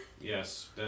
Yes